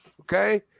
Okay